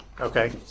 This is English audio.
okay